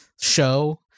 show